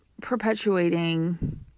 perpetuating